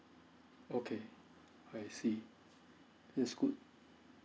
okay I see this is good